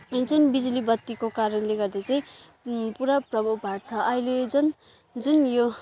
अनि जुन बिजुली बत्तीको कारणले गर्दा चाहिँ पुरा प्रभाव पार्छ अहिले जुन जुन यो